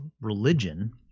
religion—